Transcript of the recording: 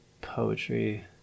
poetry